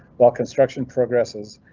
while construction progress is.